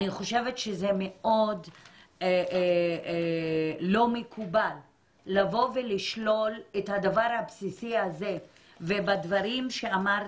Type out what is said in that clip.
אני חושבת שזה מאוד לא מקובל לשלול את הדבר הבסיסי הזה ובדברים שאמרת,